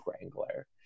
wrangler